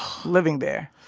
living there.